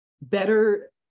better